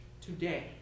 Today